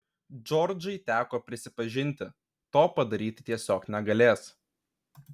džordžai teko prisipažinti to padaryti tiesiog negalės